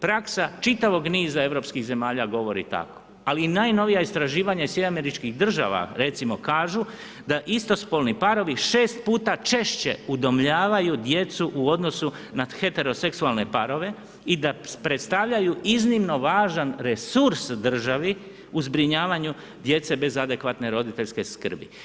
Praksa čitavog niza europskih zemalja govori tako ali i najnovija istraživanja iz SAD-a recimo kažu da istospolni parovi 6 puta češće udomljavaju djecu u odnosu na heteroseksualne parove i da predstavljaju iznimno važan resurs državi u zbrinjavanju djece bez adekvatne roditeljske skrbi.